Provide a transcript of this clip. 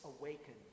awaken